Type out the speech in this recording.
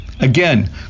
Again